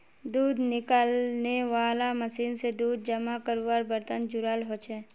दूध निकालनेवाला मशीन से दूध जमा कारवार बर्तन जुराल होचे